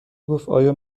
گفتایا